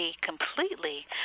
completely